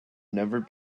never